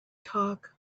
talk